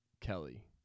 Kelly